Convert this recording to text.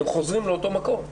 הם חוזרים לאותו מקום,